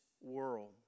world